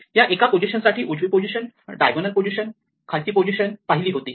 या एका पोझिशन साठी उजवी पोझिशन डायगोनल पोझिशन खालची पोझिशन पाहिली होती